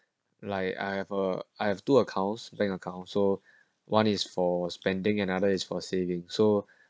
like I have a I have two accounts bank account so one is for spending another is for saving so